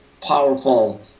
powerful